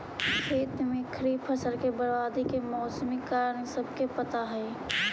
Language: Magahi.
खेत में खड़ी फसल के बर्बादी के मौसमी कारण सबके पता हइ